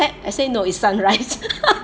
that I say no is sunrise